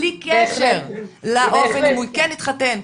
בלי לקשר אם הוא כן התחתן,